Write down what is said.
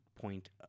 point